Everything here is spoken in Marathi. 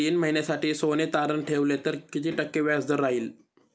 तीन महिन्यासाठी सोने तारण ठेवले तर किती टक्के व्याजदर राहिल?